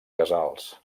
casals